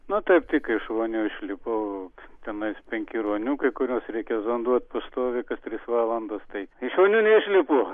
na taip tik iš vonių išlipau tenais penki ruoniukai kuriuos reikia zonduot pastoviai kas tris valandas tai iš vonių neišlipu